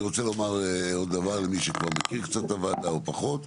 אני רוצה לומר עוד דבר למי שכבר מכיר קצת את הוועדה או פחות.